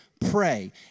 Pray